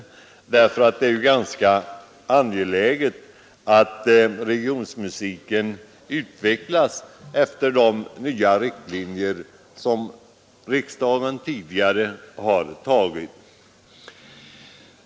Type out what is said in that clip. Det är nämligen angeläget att regionmusiken utvecklas efter de nya riktlinjer som riksdagen tidigare har dragit upp.